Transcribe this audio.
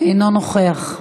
אינו נוכח.